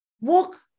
Walk